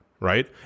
Right